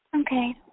Okay